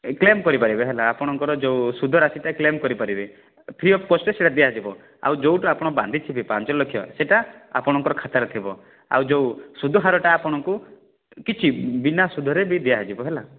claim କରି ପାରିବେ ହେଲା ଆପଣଙ୍କର ଯେଉଁ ସୁଧ ରାଶିଟା କ୍ଲେମ୍ କରି ପାରିବେ ଫ୍ରି ଅଫ୍ କଷ୍ଟ୍ ରେ ସେଇଟା ଦିଆଯିବ ଆଉ ଯେଉଁଟା ଆପଣ ବାନ୍ଧି ଥିବେ ପାଞ୍ଚ ଲକ୍ଷ ସେଇଟା ଆପଣଙ୍କର ଖାତାରେ ଥିବ ଆଉ ଯେଉଁ ସୁଧ ହାରଟା ଆପଣଙ୍କୁ କିଛି ବିନା ସୁଧରେ ବି ଦିଆଯିବ ହେଲା